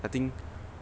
I think